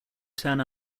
turn